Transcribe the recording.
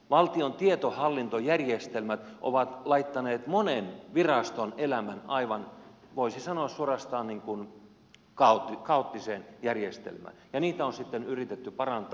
valtion tietohallintojärjestelmät ovat laittaneet monen viraston elämän aivan voisi sanoa suorastaan kaoottiseen järjestelmään ja niitä on sitten yritetty parantaa